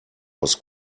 was